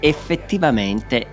Effettivamente